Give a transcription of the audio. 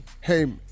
Hey